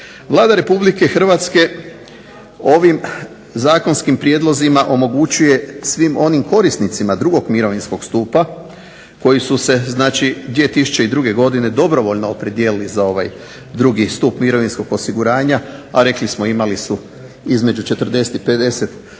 Vlada Republike Hrvatske ovim zakonskim prijedlozima omogućuje svim onim korisnicima 2. Mirovinskog stupa koji su se znači 2002. Godine dobrovoljno opredijelili za ovaj 2. Stup mirovinskog osiguranja, a imali su između 40 i 50 godina